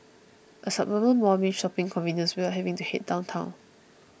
a suburban mall means shopping convenience without having to head downtown